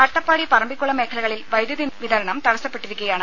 അട്ടപ്പാടി പറമ്പിക്കുളം മേഖലകളിൽ വൈദ്യുതി വിതരണം തടസ്സപ്പെട്ടിരിക്കുകയാണ്